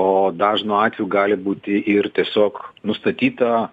o dažnu atveju gali būti ir tiesiog nustatyta